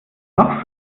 noch